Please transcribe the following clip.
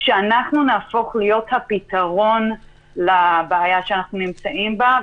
שאנחנו נהפוך להיות הפתרון לבעיה שאנחנו נמצאים בה.